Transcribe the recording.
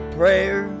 prayer